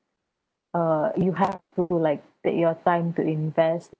uh you have to like take your time to invest